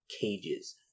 Cages